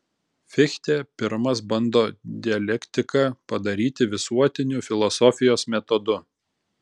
fichtė pirmas bando dialektiką padaryti visuotiniu filosofijos metodu